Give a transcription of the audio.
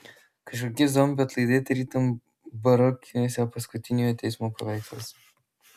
kažkokie zombių atlaidai tarytum barokiniuose paskutiniojo teismo paveiksluose